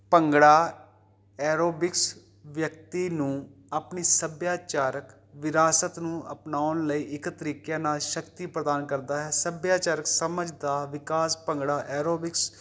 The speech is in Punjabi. ਭੰਗੜਾ ਐਰੋਬਿਕਸ ਵਿਅਕਤੀ ਨੂੰ ਆਪਣੀ ਸੱਭਿਆਚਾਰਕ ਵਿਰਾਸਤ ਨੂੰ ਅਪਣਾਉਣ ਲਈ ਇਕ ਤਰੀਕਿਆਂ ਨਾਲ ਸ਼ਕਤੀ ਪ੍ਰਦਾਨ ਕਰਦਾ ਹੈ ਸੱਭਿਆਚਾਰਕ ਸਮਝ ਦਾ ਵਿਕਾਸ ਭੰਗੜਾ ਐਰੋਬਿਕਸ